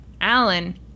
Alan